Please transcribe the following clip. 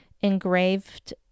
engraved